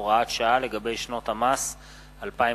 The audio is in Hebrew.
הוראת שעה לגבי שנות המס 2007,